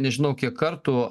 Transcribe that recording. nežinau kiek kartų